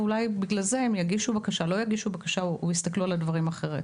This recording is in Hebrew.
ואולי בזכות זה הם יגישו או לא יגישו בקשות או יסתכלו על הדברים אחרת.